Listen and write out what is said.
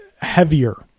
heavier